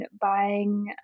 buying